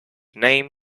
name